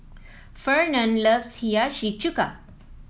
Fernand loves Hiyashi Chuka